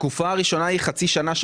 התקופה הראשונה היא חצי שנה,